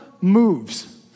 moves